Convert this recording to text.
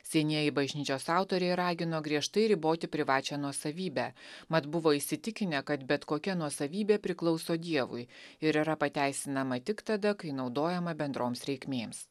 senieji bažnyčios autoriai ragino griežtai riboti privačią nuosavybę mat buvo įsitikinę kad bet kokia nuosavybė priklauso dievui ir yra pateisinama tik tada kai naudojama bendroms reikmėms